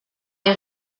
les